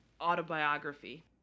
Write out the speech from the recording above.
autobiography